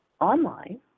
online